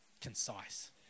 concise